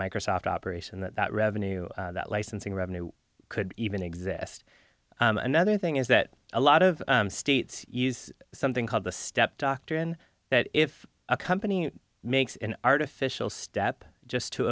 microsoft operation that that revenue that licensing revenue could even exist another thing is that a lot of states use something called the step doctrine that if a company makes an artificial step just to